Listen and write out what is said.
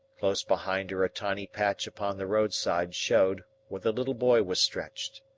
close behind her a tiny patch upon the roadside showed where the little boy was stretched.